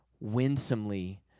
winsomely